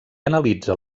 analitza